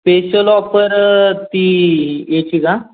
special offer ती याची का